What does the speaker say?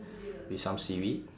with some seaweed